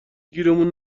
گیرمون